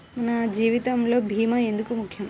మన జీవితములో భీమా ఎందుకు ముఖ్యం?